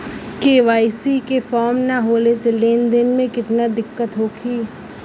KYC के form न होले से लेन देन में दिक्कत होखी?